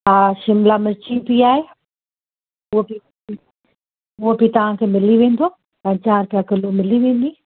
हा शिमिला मिर्ची बि आहे उहो बि उहो बि तव्हांखे मिली वेंदो पंजाह रुपया किलो मिली वेंदी